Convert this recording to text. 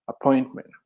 appointment